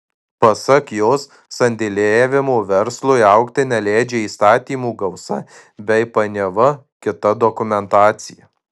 pasak jos sandėliavimo verslui augti neleidžia įstatymų gausa bei painiava kita dokumentacija